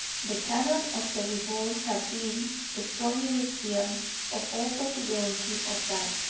the cannon of the revolt had been the stormy requiem of all possibility of that.